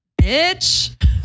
Bitch